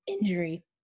injury